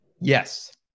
Yes